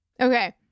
Okay